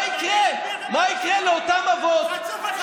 מה יקרה, מה יקרה לאותם אבות, חצוף אתה.